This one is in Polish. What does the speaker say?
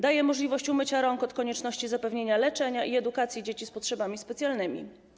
Daje możliwość umycia rąk od konieczności zapewnienia leczenia i edukacji dzieci z potrzebami specjalnymi.